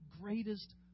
greatest